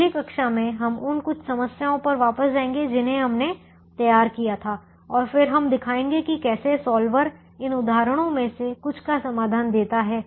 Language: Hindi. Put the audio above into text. अगली कक्षा में हम उन कुछ समस्याओं पर वापस जाएँगे जिन्हें हमने तैयार किया था और फिर हम दिखाएंगे कि कैसे सॉल्वर इन उदाहरणों में से कुछ का समाधान देता है